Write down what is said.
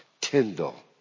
Tyndall